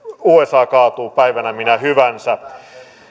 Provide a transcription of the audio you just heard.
usa kaatuu päivänä minä hyvänsä